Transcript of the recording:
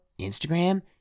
Instagram